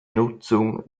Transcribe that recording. nutzung